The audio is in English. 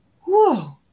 whoa